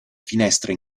finestre